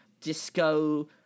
disco